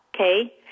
Okay